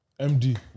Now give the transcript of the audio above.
MD